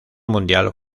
mundial